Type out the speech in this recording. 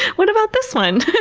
what about this one?